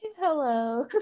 Hello